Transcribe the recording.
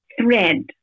thread